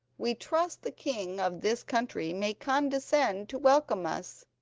we trust the king of this country may condescend to welcome us,